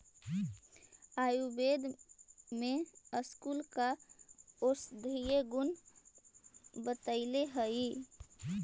आयुर्वेद में स्कूल का औषधीय गुण बतईले हई